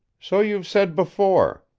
so you've said before.